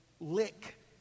lick